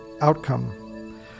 outcome